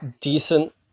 decent